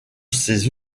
ses